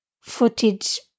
footage